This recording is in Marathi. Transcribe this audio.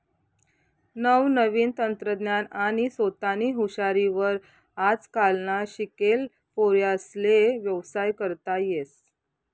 नवनवीन तंत्रज्ञान आणि सोतानी हुशारी वर आजकालना शिकेल पोर्यास्ले व्यवसाय करता येस